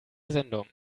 sendung